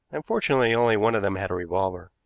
and, fortunately, only one of them had a revolver.